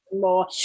more